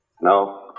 No